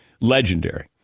legendary